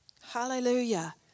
Hallelujah